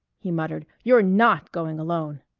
he muttered, you're not going alone!